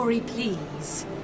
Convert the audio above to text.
please